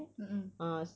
mmhmm